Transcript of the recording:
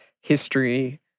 history